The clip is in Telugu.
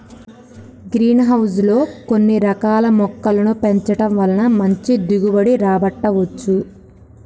గ్రీన్ హౌస్ లో కొన్ని రకాల మొక్కలను పెంచడం వలన మంచి దిగుబడి రాబట్టవచ్చు